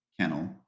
kennel